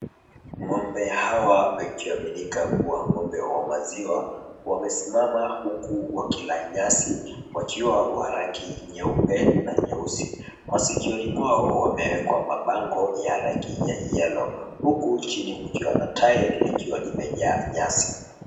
Ng'ombe hawa wakiaminika kuwa ng'ombe wa maziwa wamesimama huku wakila nyasi wakiwa wa rangi nyeupe na nyeusi. Masikioni mwao wamewekwa mabango ya rangi ya yellow. Huku chini kukiwa na tairi likiwa limejaa nyasi.